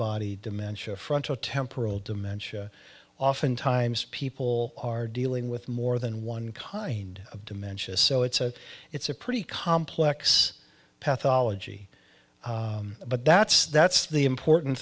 body dementia frontotemporal dementia oftentimes people are dealing with more than one kind of dementia so it's a it's a pretty complex path ology but that's that's the important